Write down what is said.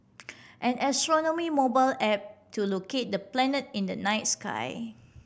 an astronomy mobile app to locate the planet in the night sky